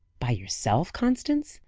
by yourself, constance?